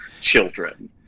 children